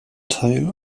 teil